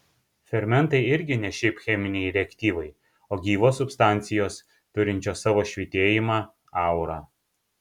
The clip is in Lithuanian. fermentai irgi ne šiaip cheminiai reaktyvai o gyvos substancijos turinčios savo švytėjimą aurą